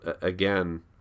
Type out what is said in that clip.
again